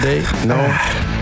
No